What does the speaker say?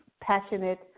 passionate